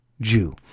Jew